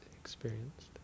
experienced